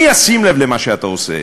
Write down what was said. מי ישים לב למה שאתה עושה?